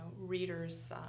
readers